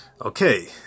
Okay